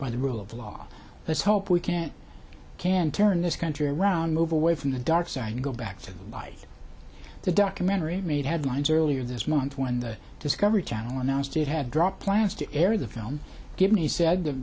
by the rule of law let's hope we can it can turn this country around move away from the dark side and go back to life the documentary made headlines earlier this month when the discovery channel announced it had dropped plans to air the film given he said the